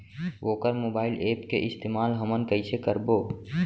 वोकर mobile app के इस्तेमाल हमन कइसे करबो?